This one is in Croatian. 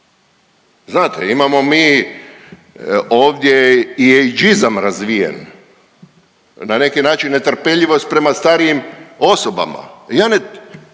Znate, imamo mi ovdje i …/Govornik se ne razumije./…razvijen, na neki način netrpeljivost prema starijim osobama.